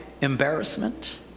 embarrassment